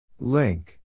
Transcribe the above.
Link